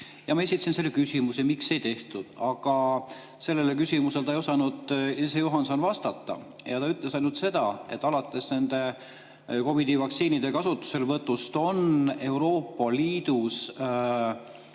Ma esitasin küsimuse, miks ei tehtud, aga sellele küsimusele ei osanud Ilze Juhansone vastata. Ta ütles ainult seda, et alates nende COVID-i vaktsiinide kasutuselevõtust on Euroopa Liidus